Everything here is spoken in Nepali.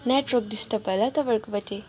नेटवर्क डिस्टर्ब भयो होला तपाईँहरूकोपट्टि